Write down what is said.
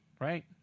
right